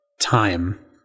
time